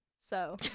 so,